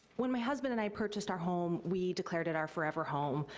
when my husband and i purchased our home, we declared it our forever home.